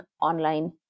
online